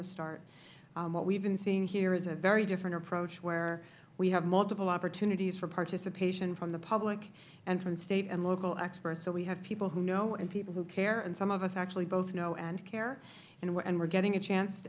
the start what we have been seeing here is a very different approach where we have multiple opportunities for participation from the public and from the state and local experts so we have people who know and people who care and some of us actually both know and care and we are getting a chance to